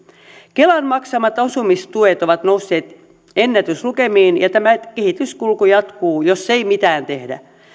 kelan maksamat asumistuet ovat nousseet ennätyslukemiin ja tämä kehityskulku jatkuu jos ei mitään tehdä